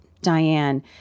Diane